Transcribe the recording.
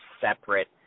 separate